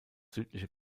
südliche